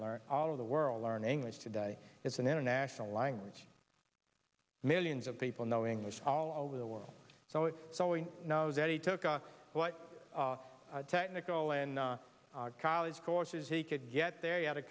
america learn all of the world learn english today it's an international language millions of people know english all over the world so it's so we know that he took a lot of technical and college courses he could get there you had a